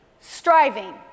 striving